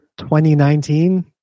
2019